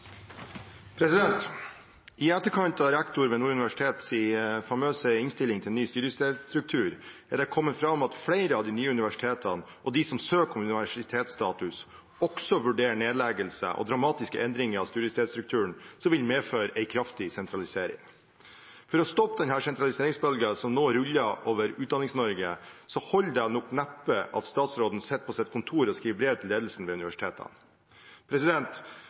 I etterkant av rektor ved Nord universitets famøse innstilling til ny studiestedsstruktur er det kommet fram at flere av de nye universitetene, og de som søker om universitetsstatus, også vurderer nedleggelse og dramatiske endringer av studiestedsstrukturen, som vil medføre en kraftig sentralisering. For å stoppe denne sentraliseringsbølgen som nå ruller over Utdannings-Norge, holder det nok neppe at statsråden sitter på sitt kontor og skriver brev til ledelsen ved universitetene.